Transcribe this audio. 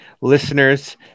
listeners